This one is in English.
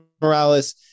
morales